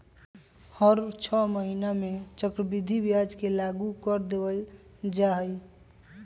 हर छ महीना में चक्रवृद्धि ब्याज के लागू कर देवल जा हई